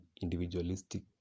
individualistic